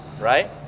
right